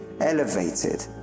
elevated